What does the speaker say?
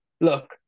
look